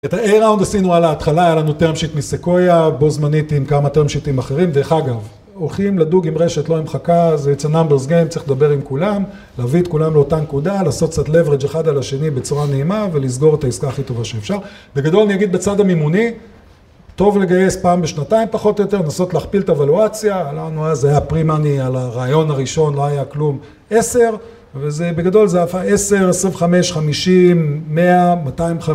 את ה-A-round עשינו על ההתחלה, היה לנו term sheet מסקויה, בו זמנית עם כמה term sheet -ים אחרים. דרך אגב, הולכים לדוג עם רשת, לא עם חכה. זה It's a Numbers Game, צריך לדבר עם כולם, להביא את כולם לאותה נקודה, לעשות קצת leverage אחד על השני בצורה נעימה, ולסגור את העסקה הכי טובה שאפשר. בגדול אני אגיד בצד המימוני, טוב לגייס פעם בשנתיים פחות או יותר, לנסות להכפיל את הוולואציה, לנו אז היה pre money על הרעיון הראשון, לא היה כלום, עשר, וזה בגדול זה עשר, עשרים וחמש, חמישים, מאה, מאתיים וחמישים.